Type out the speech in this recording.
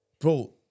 Bro